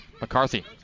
McCarthy